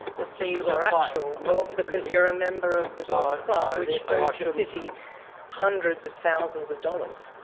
perceived or actual, and but um because you're a member of the golf club, which owes the city hundreds of thousands of dollars.